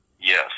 Yes